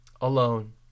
alone